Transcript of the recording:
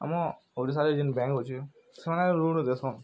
ଆମ ଓଡ଼ିଶାରେ ଯେନ୍ ବ୍ୟାଙ୍କ୍ ଅଛେ ସେମାନେ ଋଣ୍ ଦେସନ୍